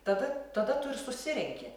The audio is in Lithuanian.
tada tada tu ir susirenki